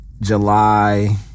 July